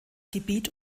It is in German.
gebiet